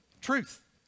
truth